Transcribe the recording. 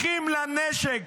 אחים לנשק,